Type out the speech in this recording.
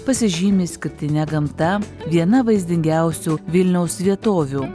pasižymi išskirtine gamta viena vaizdingiausių vilniaus vietovių